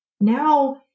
now